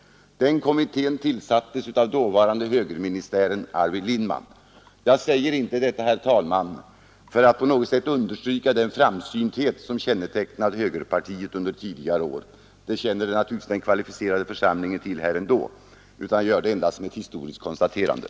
Den kommittén tillsattes av dåvarande högerministären under Arvid Lindman. Jag säger inte detta, herr talman, för att på något sätt understryka den framsynthet som kännetecknade högerpartiet under tidigare år — den känner naturligtvis den kvalificerade församlingen till ändå — utan jag gör det endast som konstaterande av historiskt faktum.